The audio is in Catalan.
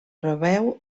rebeu